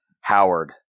howard